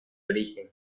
origen